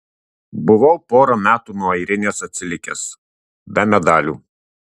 buvau porą metų nuo airinės atsilikęs be medalių